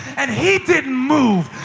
and he didn't move,